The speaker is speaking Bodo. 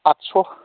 आठस'